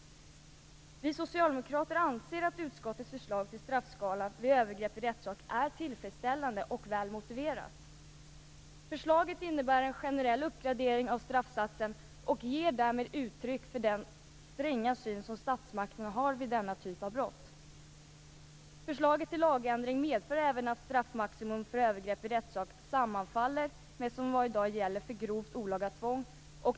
Vi socialdemokrater anser att utskottets förslag till straffskala vid övergrepp i rättssak är tillfredsställande och väl motiverat. Förslaget innebär en generell uppgradering av straffsatsen och ger därmed uttryck för den stränga syn som statsmakterna har på denna typ av brott. Förslaget till lagändring medför även att straffmaximum för övergrepp i rättssak sammanfaller med vad som i dag gäller för grovt olaga tvång.